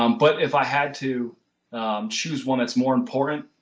um but if i had to choose one that's more important,